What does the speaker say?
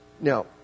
now